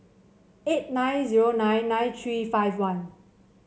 eight nine zero nine nine three five one